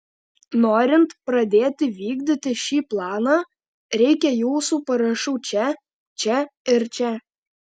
norint pradėti vykdyti šį planą reikia jūsų parašų čia čia ir čia